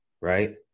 right